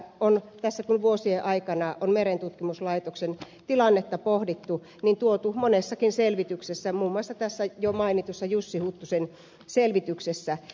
on tässä vuosien aikana merentutkimuslaitoksen tilannetta pohdittu tuotu monessakin selvityksessä muun muassa tässä jo mainitussa jussi huttusen selvityksessä esille